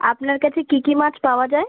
আপনার কাছে কী কী মাছ পাওয়া যায়